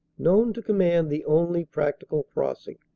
known to command the only practical crossing.